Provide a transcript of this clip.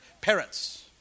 parents